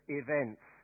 events